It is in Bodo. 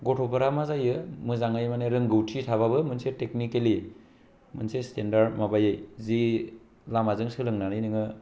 गथ'फोरा मा जायो मोजाङै मानि रोंगौथि थाबाबो मोनसे टेकनिकेलि मोनसे स्टेनडार्ड माबायै जि लामाजों सोलोंनानै नोङो